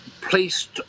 placed